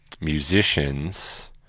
Musicians